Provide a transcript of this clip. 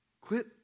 quit